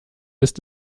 ist